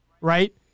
right